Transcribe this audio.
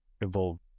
evolve